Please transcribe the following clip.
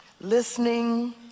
listening